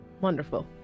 Wonderful